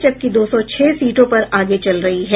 जबकि दो सौ छह सीटों पर आगे चल रही है